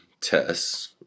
tests